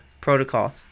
protocol